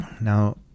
Now